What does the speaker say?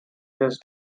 his